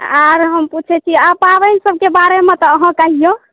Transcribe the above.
आओर हम पूछैत छी आ पाबनिसभके बारेमे अहाँ कहियौ